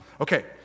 Okay